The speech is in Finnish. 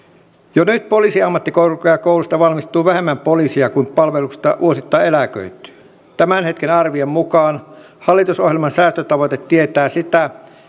jo nyt poliisiammattikorkeakoulusta valmistuu vähemmän poliiseja kuin palveluksesta vuosittain eläköityy tämän hetken arvion mukaan hallitusohjelman säästötavoite tietää sitä